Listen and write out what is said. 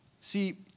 See